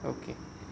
okay